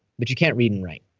but you can't read and write.